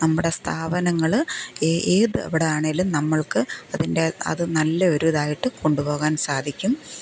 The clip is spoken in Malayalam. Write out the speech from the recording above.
നമ്മുടെ സ്ഥാപനങ്ങള് ഏത് എവിടാണേലും നമ്മൾക്ക് അതിൻ്റെ അത് നല്ല ഒരു ഇതായിട്ട് കൊണ്ടുപോകാൻ സാധിക്കും